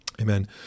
Amen